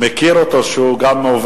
אני גם מכיר אותו כאחד שגם רושם,